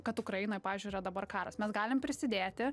kad ukrainoj pavyzdžiui yra dabar karas mes galim prisidėti